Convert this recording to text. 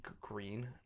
green